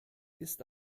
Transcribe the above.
ist